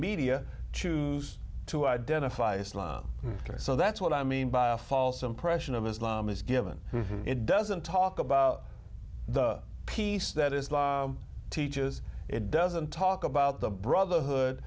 media choose to identify islam so that's what i mean by a false impression of islam is given it doesn't talk about the peace that islam teaches it doesn't talk about the brotherhood